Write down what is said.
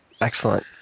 Excellent